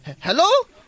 hello